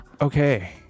Okay